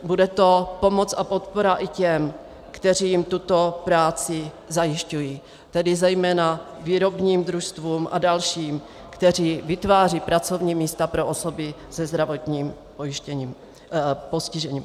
Bude to pomoc a podpora i těm, kteří jim tuto práci zajišťují, tedy zejména výrobním družstvům a dalším, kteří vytvářejí pracovní místa pro osoby se zdravotním postižením.